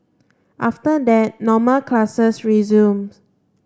after that normal classes resumed